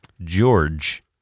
george